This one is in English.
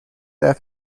there